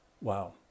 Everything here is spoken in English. Wow